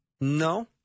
no